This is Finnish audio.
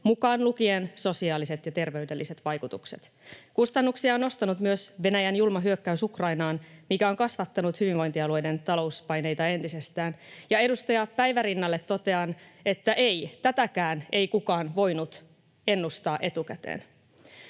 mukaan lukien sosiaaliset ja terveydelliset vaikutukset. Kustannuksia on nostanut myös Venäjän julma hyökkäys Ukrainaan, mikä on kasvattanut hyvinvointialueiden talouspaineita entisestään. Ja edustaja Päivärinnalle totean, että ei, tätäkään ei kukaan voinut ennustaa etukäteen.